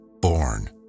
born